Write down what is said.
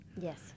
Yes